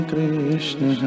Krishna